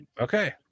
Okay